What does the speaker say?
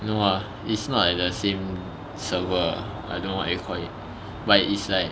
no ah it's not like the same server ah I don't know what you call it but is like